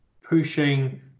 pushing